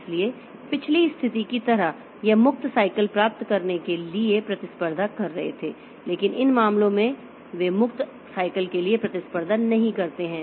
इसलिए पिछली स्थिति की तरह यह मुक्त साइकल प्राप्त करने के लिए प्रतिस्पर्धा कर रहे थे लेकिन इन मामलों में वे मुक्त साइकल के लिए प्रतिस्पर्धा नहीं करते हैं